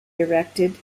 erected